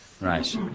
Right